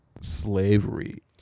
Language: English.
slavery